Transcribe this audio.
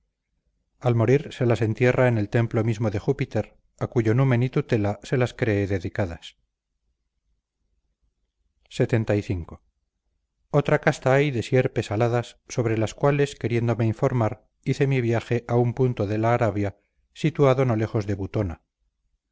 al morir se las entierra en el templo mismo de júpiter a cuyo numen y tutela se las cree dedicadas lxxv otra casta hay de sierpes aladas sobre las cuales queriéndome informar hice mi viaje a un punto de la arabia situado no lejos de butona